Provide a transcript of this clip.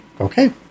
Okay